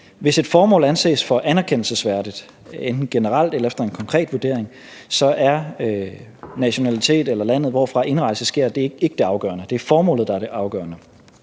Hvis et formål anses som anerkendelsesværdigt, enten generelt eller efter en konkret vurdering, så er nationalitet eller landet, hvorfra indrejse sker, ikke det afgørende. Det er formålet, der er det afgørende.